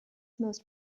most